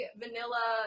vanilla